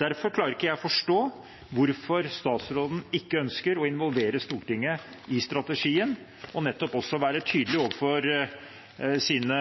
Derfor klarer ikke jeg å forstå hvorfor statsråden ikke ønsker å involvere Stortinget i strategien og også være tydelig overfor sine